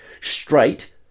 straight